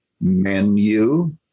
menu